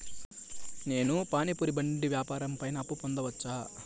నేను పానీ పూరి బండి వ్యాపారం పైన అప్పు పొందవచ్చా?